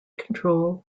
control